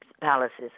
palaces